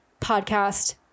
podcast